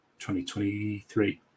2023